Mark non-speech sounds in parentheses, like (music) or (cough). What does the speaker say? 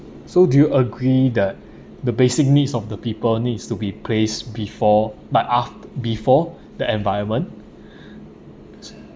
so do you agree that (breath) the basic needs of the people needs to be placed before but af~ before the environment (breath)